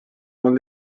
molt